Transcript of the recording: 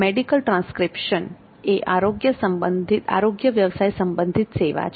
medical transcription એ આરોગ્ય વ્યવસાય સંબંધિત સેવા છે